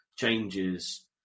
changes